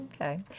Okay